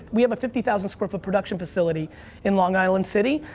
we have a fifty thousand square foot production facility in long island city.